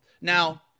Now